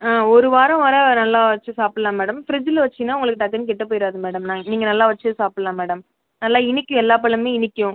ஆ ஒரு வாரம் வரை நல்லா வெச்சி சாப்பிட்லாம் மேடம் ஃபிரிட்ஜில் வெச்சிங்கன்னா உங்களுக்கு டக்குனு கெட்டு போய்டாது மேடம் ந நீங்கள் நல்லா வெச்சி சாப்பிட்லாம் மேடம் நல்லா இனிக்கும் எல்லா பழமுமே இனிக்கும்